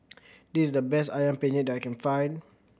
this is the best Ayam Penyet that I can find